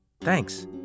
Thanks